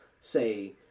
say